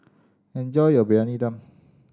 enjoy your Briyani Dum